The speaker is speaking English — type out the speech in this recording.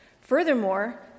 Furthermore